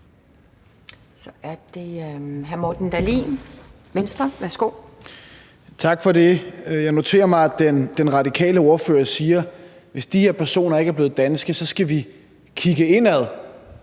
Kl. 12:16 Morten Dahlin (V): Tak for det. Jeg noterer mig, at den radikale ordfører siger, at hvis de her personer ikke er blevet danske, skal vi kigge indad,